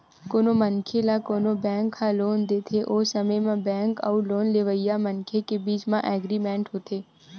कोनो मनखे ल कोनो बेंक ह लोन देथे ओ समे म बेंक अउ लोन लेवइया मनखे के बीच म एग्रीमेंट होथे